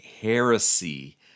heresy